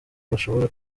bashobora